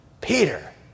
Peter